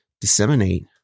disseminate